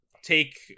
take